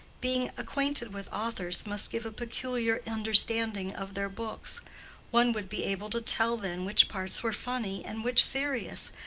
being acquainted with authors must give a peculiar understanding of their books one would be able to tell then which parts were funny and which serious.